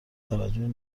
توجیهی